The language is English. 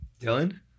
dylan